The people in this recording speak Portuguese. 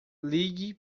ligue